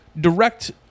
direct